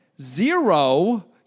zero